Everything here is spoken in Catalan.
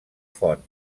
font